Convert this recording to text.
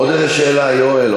עוד שאלה, יואל?